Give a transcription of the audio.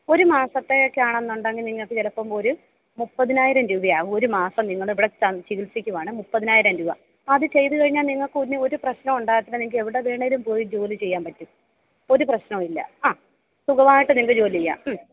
ഒരു മാസത്തേക്ക് ആണെന്നുണ്ടെങ്കിൽ നിങ്ങൾക്ക് ചിലപ്പം ഒരു മുപ്പതിനായിരം രൂപയാകും ഒരു മാസം നിങ്ങൾ ഇവിടെ ചികിത്സിക്കുവാണെങ്കിൽ മുപ്പതിനായിരം രൂപ അത് ചെയ്തു കഴിഞ്ഞാൽ നിങ്ങൾക്ക് പിന്നെ ഒരു പ്രശ്നവും ഉണ്ടാവത്തില്ല നിങ്ങൾക്ക് എവിടെ വേണമെങ്കിലും പോയി ജോലി ചെയ്യാൻ പറ്റും ഒരു പ്രശ്നവുമില്ല അ സുഖമായിട്ട് നിങ്ങൾക്ക് ജോലി ചെയ്യാം